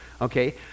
okay